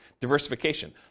diversification